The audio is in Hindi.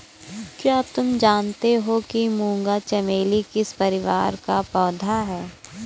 क्या तुम जानते हो कि मूंगा चमेली किस परिवार का पौधा है?